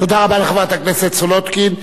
תודה רבה לחברת הכנסת סולודקין.